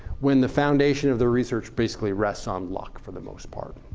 when the foundation of their research basically rests on luck, for the most part.